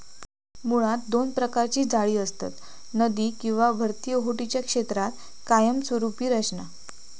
मुळात दोन प्रकारची जाळी असतत, नदी किंवा भरती ओहोटीच्या क्षेत्रात कायमस्वरूपी रचना